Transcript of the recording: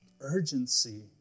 urgency